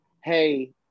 Hey